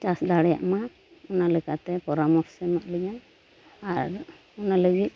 ᱪᱟᱥ ᱫᱟᱲᱮᱭᱟᱜ ᱢᱟ ᱚᱱᱟ ᱞᱮᱠᱟᱛᱮ ᱯᱚᱨᱟᱢᱚᱨᱥᱚ ᱮᱢᱟᱜ ᱞᱤᱧᱟ ᱟᱨ ᱚᱱᱟ ᱞᱟᱹᱜᱤᱫ